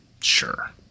Sure